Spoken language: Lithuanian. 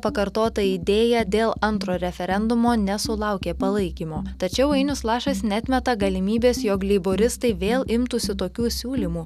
pakartota idėja dėl antro referendumo nesulaukė palaikymo tačiau ainius lašas neatmeta galimybės jog leiboristai vėl imtųsi tokių siūlymų